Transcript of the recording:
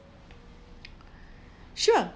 sure